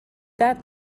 that